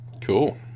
Cool